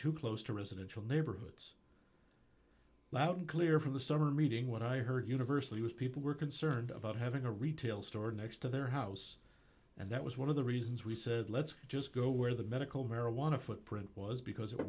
too close to residential neighborhoods loud and clear from the summer reading what i heard universally was people were concerned about having a retail store next to their house and that was one of the reasons we said let's just go where the medical marijuana footprint was